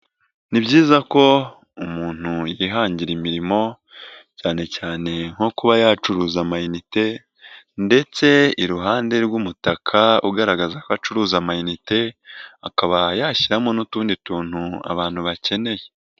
Ni byiza ko umuntu yihangira imirimo, cyane cyane nko kuba yacuruza amayinite ndetse iruhande rw'umutaka ugaragaza ko acuruza amayinite, akaba yashyiramo n'utundi tuntu abantu bakeneye.